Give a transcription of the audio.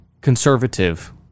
conservative